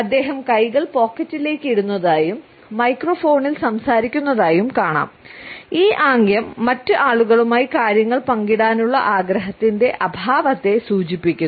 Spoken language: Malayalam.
അദ്ദേഹം കൈകൾ പോക്കറ്റിലേക്ക് ഇടുന്നതായും മൈക്രോഫോണിൽ സംസാരിക്കുന്നതായും കാണാം ഈ ആംഗ്യം മറ്റ് ആളുകളുമായി കാര്യങ്ങൾ പങ്കിടാനുള്ള ആഗ്രഹത്തിന്റെ അഭാവത്തെ സൂചിപ്പിക്കുന്നു